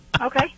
Okay